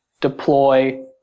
deploy